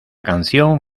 canción